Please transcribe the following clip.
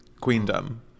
Queendom